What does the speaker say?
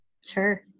Sure